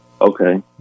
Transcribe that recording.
Okay